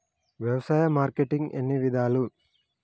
వ్యవసాయ మార్కెటింగ్ ఎన్ని విధాలు?